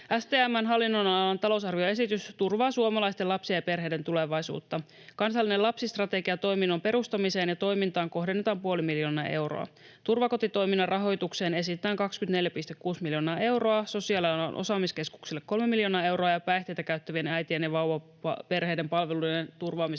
STM:n hallinnonalan talousarvioesitys turvaa suomalaisten lapsien ja perheiden tulevaisuutta. Kansallinen lapsistrategia ‑toiminnon perustamiseen ja toimintaan kohdennetaan puoli miljoonaa euroa. Turvakotitoiminnan rahoitukseen esitetään 24,6 miljoonaa euroa, sosiaalialan osaamiskeskuksille kolme miljoonaa euroa ja päihteitä käyttävien äitien ja vauvaperheiden palvelujen turvaamiseen